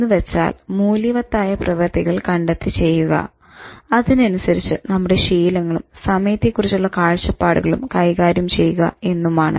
എന്നുവച്ചാൽ മൂല്യവത്തായ പ്രവർത്തിക്കൾ കണ്ടെത്തി ചെയ്യുക അതിനനുസരിച്ച് നമ്മുടെ ശീലങ്ങളും സമയത്തെ കുറിച്ചുള്ള കാഴ്ചപ്പാടുകളും കൈകാര്യം ചെയ്യുക എന്നുമാണ്